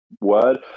word